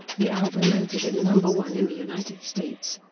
the album entered at number one in the united states,